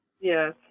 Yes